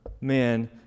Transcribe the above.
man